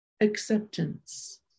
acceptance